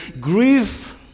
grief